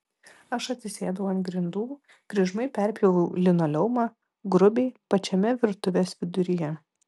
aš atsisėdau ant grindų kryžmai perpjoviau linoleumą grubiai pačiame virtuvės viduryje